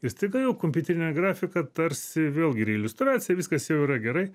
ir staiga jau kompiuterinė grafika tarsi vėlgi ir iliustracija viskas jau yra gerai